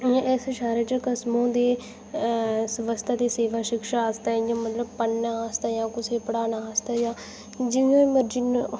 इस शैह्रा च कस्म होंदी स्वास्थ्य ही सेवा शिक्षा आस्तै इ'यां मतलब पढ़ने आस्तै जां कुसै गी पढ़ाना आस्तै जां जि'यां बी मर्जी हून